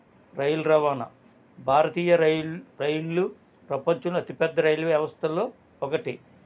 rail రవాణా భారతీయ rail రైళ్ళు ప్రపంచంలో అతిపెద్ద రైల్వే వ్యవస్థల్లో ఒకటి